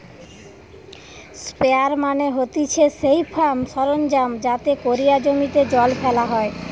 sprayer মানে হতিছে সেই ফার্ম সরঞ্জাম যাতে কোরিয়া জমিতে জল ফেলা হয়